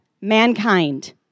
mankind